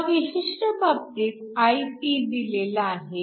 ह्या विशिष्ट बाबतीत Ip दिलेला आहे